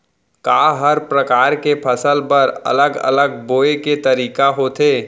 का हर प्रकार के फसल बर अलग अलग बोये के तरीका होथे?